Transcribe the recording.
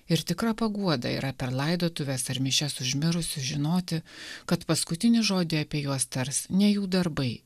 ir tikra paguoda yra per laidotuves ar mišias už mirusius žinoti kad paskutinį žodį apie juos tars ne jų darbai